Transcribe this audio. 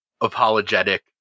apologetic